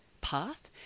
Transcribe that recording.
path